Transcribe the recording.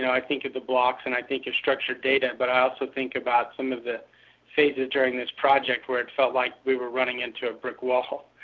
i think of the blocks and i think of structured data, but i also think about some of the phases during this project where it felt like we were running into a brick wall.